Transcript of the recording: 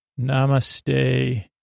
Namaste